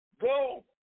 Go